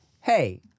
hey